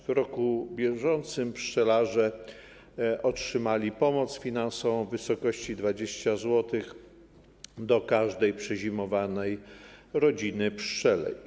W roku bieżącym pszczelarze otrzymali pomoc finansową w wysokości 20 zł do każdej przezimowanej rodziny pszczelej.